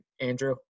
Andrew